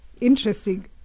interesting